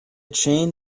chain